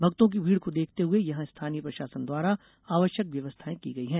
भक्तों की भीड़ को देखते हुए यहां स्थानीय प्रशासन द्वारा आवश्यक व्यवस्थाएं की गयी है